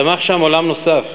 צמח שם עולם נוסף,